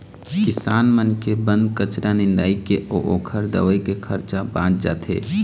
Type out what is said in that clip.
किसान मन के बन कचरा निंदाए के अउ ओखर दवई के खरचा बाच जाथे